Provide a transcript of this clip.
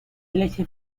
leche